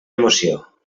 emoció